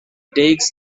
takes